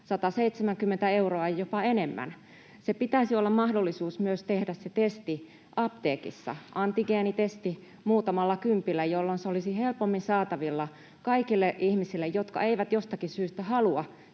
170 euroa, jopa enemmän. Pitäisi olla mahdollisuus myös tehdä se testi apteekissa, antigeenitesti muutamalla kympillä, jolloin se olisi helpommin saatavilla kaikille ihmisille, jotka eivät jostakin syystä halua